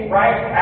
right